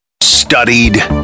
Studied